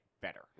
better